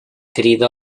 crida